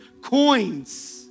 coins